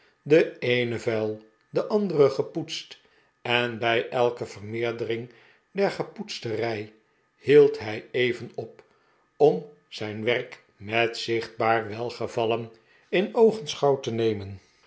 de eene vuil de andere gepoetst en bij elke vermeerdering der gepoetste rij hield hij even op om zijn werk met zichtbaar welgevallen in oogenschouw te nemen